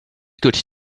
good